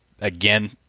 again